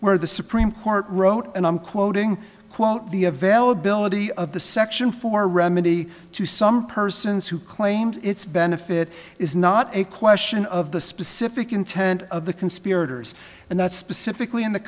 where the supreme court wrote and i'm quoting quote the availability of the section for remedy to some persons who claimed its benefit is not a question of the specific intent of the conspirators and that specifically in the